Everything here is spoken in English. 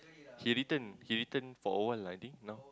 he return he return for awhile I think now